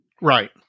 Right